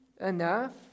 enough